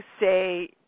say